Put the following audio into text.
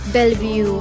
Bellevue